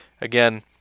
Again